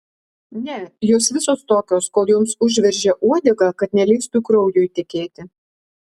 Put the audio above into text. ne jos visos tokios kol joms užveržia uodegą kad neleistų kraujui tekėti